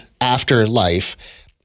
Afterlife